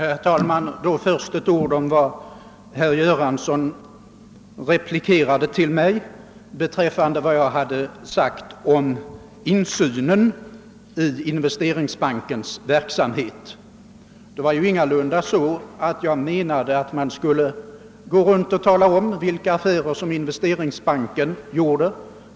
Herr talman! Först några ord med anledning av herr Göranssons replik till mig beträffande vad jag sagt om insynen i Investeringsbankens verksamhet. Jag krävde ingalunda att man skulle gå runt och tala om, vilka affärer som Investeringsbanken gjort.